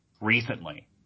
recently